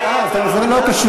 אה, אז אתם אומרים שזה לא קשור?